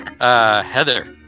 Heather